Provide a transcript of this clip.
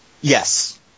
yes